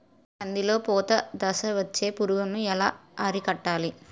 కందిలో పూత దశలో వచ్చే పురుగును ఎలా అరికట్టాలి?